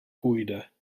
půjde